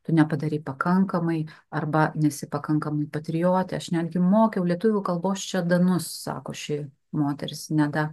tu nepadarei pakankamai arba nesi pakankamai patriotė aš netgi mokiau lietuvių kalbos čia danus sako ši moteris neda